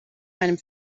einem